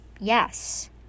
Yes